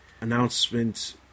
announcement